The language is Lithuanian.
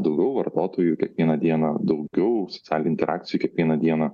daugiau vartotojų kiekvieną dieną daugiau socialinių interakcijų kiekvieną dieną